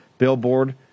Billboard